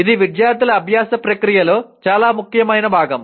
ఇది విద్యార్థుల అభ్యాస ప్రక్రియలో చాలా ముఖ్యమైన భాగం